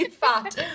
fat